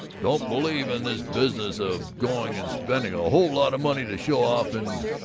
don't believe in this business of going and spending a whole lot of money to show off and